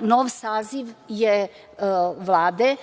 nov saziv je Vlade